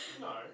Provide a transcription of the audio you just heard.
No